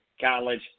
college